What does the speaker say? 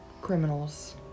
criminals